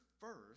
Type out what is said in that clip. first